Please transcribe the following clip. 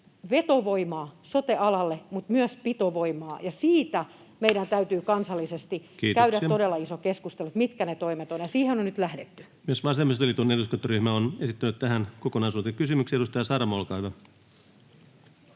pitovoimaa. Ja siitä meidän täytyy kansallisesti käydä [Puhemies: Kiitoksia!] todella iso keskustelu, mitkä ne toimet ovat, ja siihen on nyt lähdetty. Myös vasemmistoliiton eduskuntaryhmä on esittänyt tähän kokonaisuuteen kysymyksen. — Edustaja Saramo, olkaa hyvä.